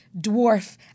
dwarf